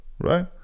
right